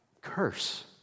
curse